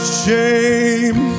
shame